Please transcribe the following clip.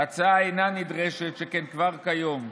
ההצעה אינה נדרשת, שכן כבר כיום,